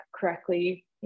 correctly